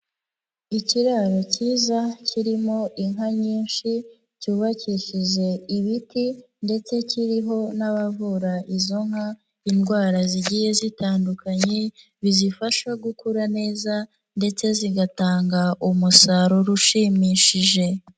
Ikiraro kiza kirimo inka nyinshi cyubakishije ibiti ndetse kiriho n'abavura izo nka indwara zigiye zitandukanye, bizifasha gukura neza ndetse zigatanga umusaruro ushimishije.